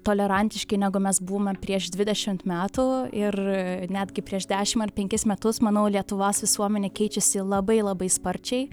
tolerantiški negu mes buvome prieš dvidešimt metų ir netgi prieš dešim ar penkis metus manau lietuvos visuomenė keičiasi labai labai sparčiai